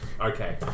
Okay